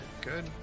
good